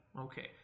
Okay